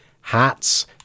hats